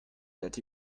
that